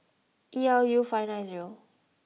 E L U five nine zero